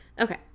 Okay